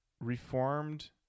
reformed